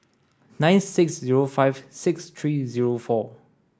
nine six zero five six three zero four